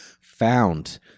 found